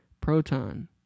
Proton